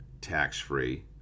tax-free